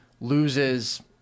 loses